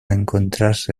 encontrarse